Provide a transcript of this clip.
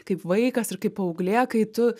kaip vaikas ir kaip paauglė kai tu